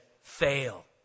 fail